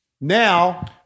now